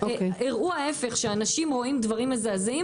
מחקרים הראו ההפך, שאנשים רואים דברים מזעזעים